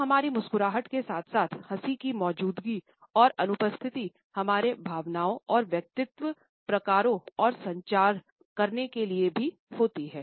तो हमारी मुस्कुराहट के साथ साथ हँसी की मौजूदगी और अनुपस्थिति हमारी भावनाओं और व्यक्तित्व प्रकारों का संचार करने के लिए भी होती है